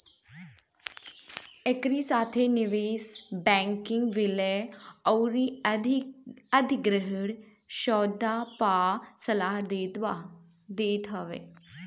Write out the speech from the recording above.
एकरी साथे निवेश बैंकिंग विलय अउरी अधिग्रहण सौदा पअ सलाह देत हवे